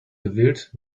gewillt